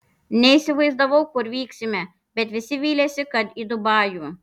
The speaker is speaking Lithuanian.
neįsivaizdavau kur vyksime bet visi vylėsi kad į dubajų